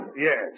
yes